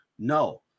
No